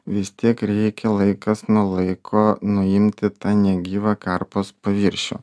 vis tiek reikia laikas nuo laiko nuimti tą negyvą karpos paviršių